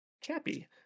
Chappy